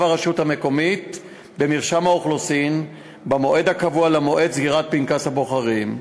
הרשות המקומית במרשם האוכלוסין במועד הקבוע למועד סגירת פנקס הבוחרים.